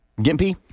Gimpy